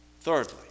Thirdly